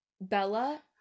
Bella